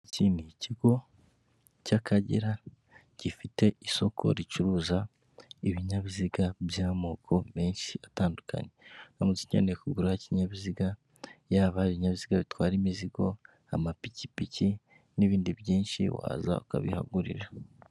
Iki ni kigo cy'akagera gifite isoko ricuruza ibinyabiziga by'amoko menshi atandukanye, aramutse ukeneye kugura ikinyabiziga yaba ibinyabiziga bitwara imizigo, amapikipiki n'ibindi byinshi waza ukabihagurira.